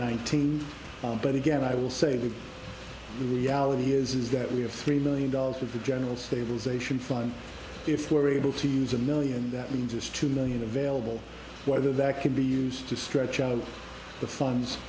nineteen but again i will say that the reality is is that we have three million dollars for the general stabilization fund if we're able to use a million that means just two million available whether that can be used to stretch out of the funds